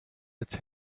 its